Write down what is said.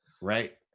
Right